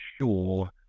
sure